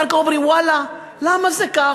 אחר כך אומרים: ואללה, למה זה כך?